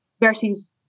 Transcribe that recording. versus